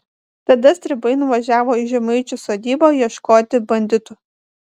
tada stribai nuvažiavo į žemaičių sodybą ieškoti banditų